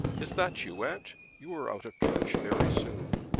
is that you, aunt? you are out of church very soon.